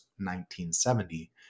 1970